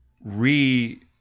re